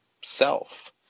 self